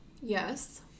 yes